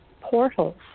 portals